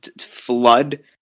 flood